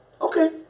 Okay